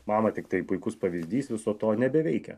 mama tiktai puikus pavyzdys viso to nebeveikia